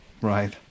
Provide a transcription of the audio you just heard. Right